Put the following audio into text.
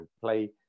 play